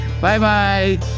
Bye-bye